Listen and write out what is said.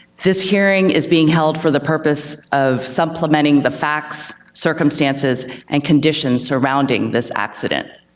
this hearing is being held for the purpose of supplementing the facts, circumstances, and conditions surrounding this accident.